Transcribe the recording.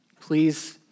please